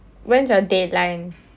when's your deadline